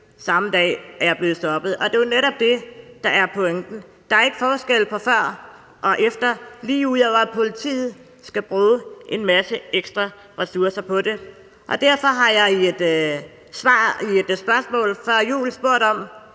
samme dag blev jeg stoppet, og det er netop det, der er pointen. Der er ikke forskel på før og efter, lige ud over at politiet skal bruge en masse ekstra ressourcer på det. Derfor har jeg i et spørgsmål før jul spurgt: